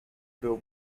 był